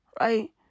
right